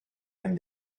and